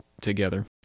together